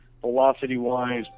velocity-wise